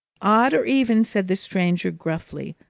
odd or even, said the stranger gruffly,